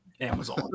amazon